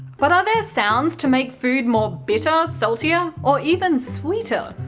but are there sounds to make food more bitter, saltier, or even sweeter?